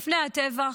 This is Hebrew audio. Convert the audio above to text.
לפני הטבח,